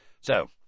So